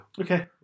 Okay